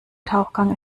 tauchgang